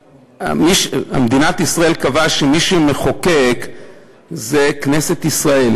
מדינת ישראל קבעה שמי שמחוקק זה כנסת ישראל,